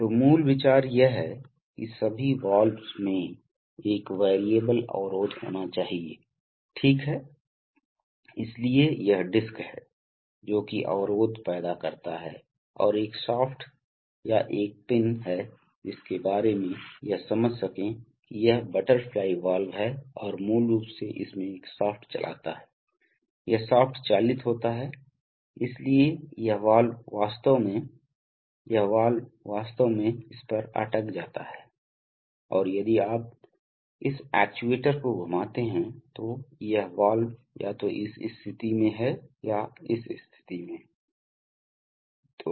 तो मूल विचार यह है कि सभी वाल्वों में एक वेरिएबल अवरोध होना चाहिए ठीक है इसलिए यह डिस्क है जो कि अवरोध पैदा करता है और एक शाफ्ट या एक पिन है जिसके बारे में यह समझ सकें कि यह बटरफ्लाई वाल्व है और मूल रूप से इसमें एक शाफ्ट चलता है यह शाफ्ट चालित होता है इसलिए यह वाल्व वास्तव में है यह वाल्व वास्तव में इस पर अटक जाता है और यदि आप इस एक्ट्यूएटर को घुमाते हैं तो यह वाल्व या तो इस स्थिति में है या इस स्थिति में है